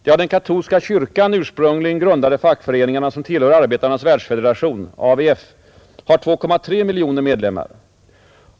De av den katolska kyrkan ursprungligen grundade fackföreningarna, som tillhör Arbetarnas världsfederation — AVF — har 2,3 miljoner medlemmar.